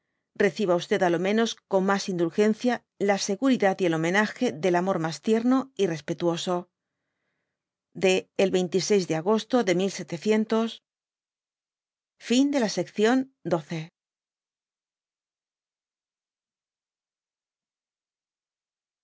reciba usted á lo menos con mas indulgencia la seguridad y el homenage del amor mas tierno y respetuoso de el de agosto de io